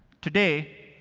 today,